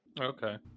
Okay